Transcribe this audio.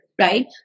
right